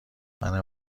منم